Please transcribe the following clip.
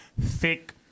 thick